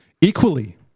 Equally